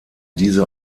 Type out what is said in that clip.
diese